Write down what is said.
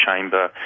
chamber